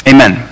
Amen